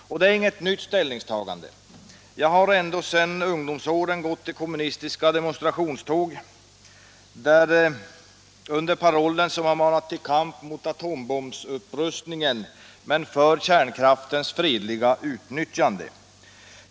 Det är inget nytt ställningstagande. Jag har ända sedan ungdomsåren gått i kommunistiska demonstrationståg under paroller, som har manat till kamp mot atombombsupprustningen men för kärnkraftens fredliga utnyttjande.